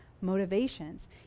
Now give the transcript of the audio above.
motivations